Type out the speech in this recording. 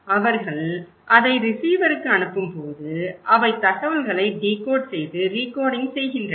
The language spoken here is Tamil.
அவர்கள் அதை ரிசீவருக்கு அனுப்பும்போது அவை தகவல்களை டிகோட் செய்து ரிகோடிங் செய்கின்றன